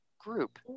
group